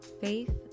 faith